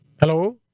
Hello